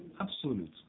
absolute